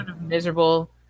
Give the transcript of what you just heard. miserable